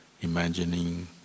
imagining